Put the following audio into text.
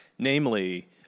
Namely